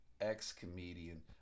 Ex-comedian